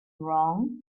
wrong